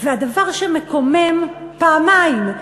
והדבר שמקומם פעמיים,